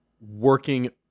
working